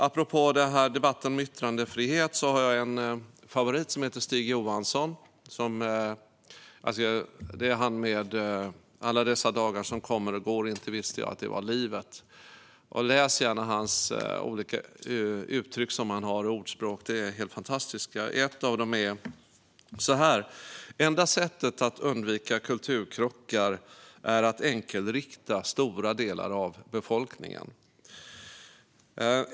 Apropå debatten om yttrandefrihet har jag en favorit som heter Stig Johansson. Det är han med "Alla dessa dagar som kom och gick / inte visste jag att de var livet". Läs gärna hans olika uttryck och ordspråk! De är helt fantastiska. Ett av dem går så här: "Enda sättet att undvika kulturkrockar är att enkelrikta stora delar av befolkningen."